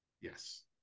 Yes